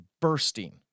bursting